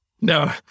No